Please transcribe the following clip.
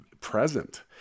present